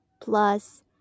plus